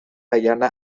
وگرنه